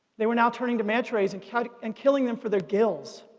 they were now turning to manta rays and kind of and killing them for their gills.